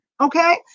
okay